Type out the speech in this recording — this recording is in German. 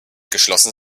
geschlossen